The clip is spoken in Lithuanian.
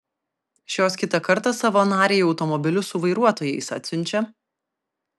šios kitą kartą savo narei automobilius su vairuotojais atsiunčia